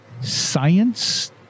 science